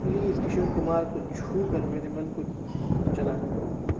please Kishore Kumar کو چھو کر میرے من کو چلانا